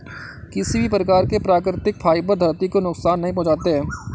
किसी भी प्रकार के प्राकृतिक फ़ाइबर धरती को नुकसान नहीं पहुंचाते